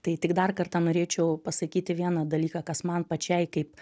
tai tik dar kartą norėčiau pasakyti vieną dalyką kas man pačiai kaip